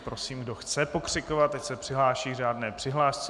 Prosím, kdo chce pokřikovat, ať se přihlásí k řádné přihlášce.